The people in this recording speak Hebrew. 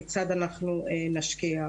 כיצד אנחנו נשקיע.